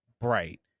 bright